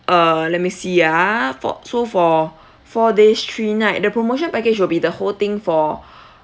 uh let me see ah for so for four days three night the promotion package will be the whole thing for